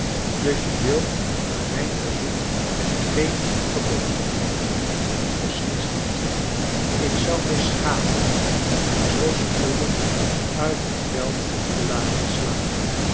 dus je wilt aan mijn verzoek gcen gevolg geven beslist niet ik zou mij schamen mij zoo spoedig uit het veld te laten slaan